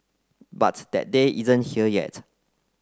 but that day isn't here yet